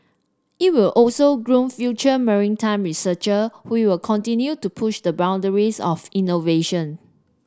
it will also groom future maritime researcher who will continue to push the boundaries of innovation